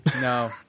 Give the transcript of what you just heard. No